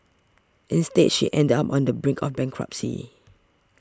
instead she ended up on the brink of bankruptcy